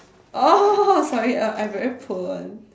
oh sorry uh I very poor [one]